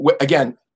again